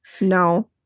No